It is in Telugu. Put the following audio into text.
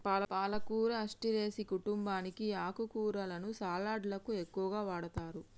పాలకూర అస్టెరెసి కుంటుంబానికి ఈ ఆకుకూరలను సలడ్లకు ఎక్కువగా వాడతారు